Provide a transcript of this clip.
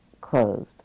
closed